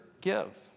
give